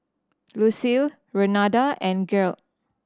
Lucile Renada and Gearld